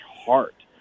heart